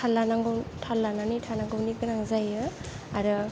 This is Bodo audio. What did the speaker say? थाल लानानै थानांगौनि गोनां जायो आरो